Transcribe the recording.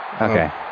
Okay